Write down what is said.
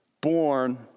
born